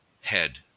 head